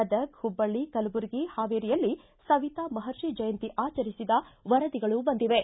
ಗದಗ್ ಹುಬ್ಬಳ್ಳಿ ಕಲಬುರಗಿ ಹಾವೇರಿಯಲ್ಲಿ ಸವಿತಾ ಮಹರ್ಷಿ ಜಯಂತಿ ಆಚರಿಸಿದ ವರದಿಗಳು ಬಂದಿವೆ